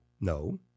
No